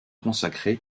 consacré